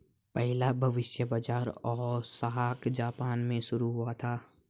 पहला भविष्य बाज़ार ओसाका जापान में शुरू हुआ था